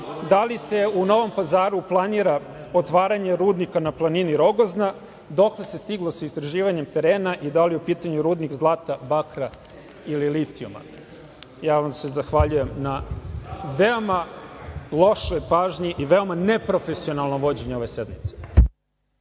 da li se u Novom Pazaru planira otvaranje rudnika na planini Rogozna, dokle se stiglo sa istraživanjem terena i da li je u pitanju rudnik zlata, bakra ili litijuma? Ja vam se zahvaljujem na veoma lošoj pažnji i na veoma neprofesionalnom vođenju ove sednice.